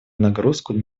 нагрузку